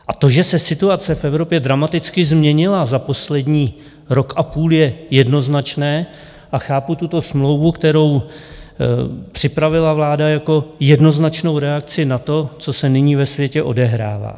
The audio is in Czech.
A to, že se situace v Evropě dramaticky změnila za poslední rok a půl, je jednoznačné a chápu tuto smlouvu, kterou připravila vláda, jako jednoznačnou reakci na to, co se nyní ve světě odehrává.